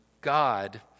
God